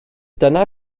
dyna